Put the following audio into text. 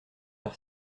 par